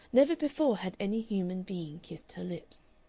never before had any human being kissed her lips.